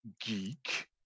Geek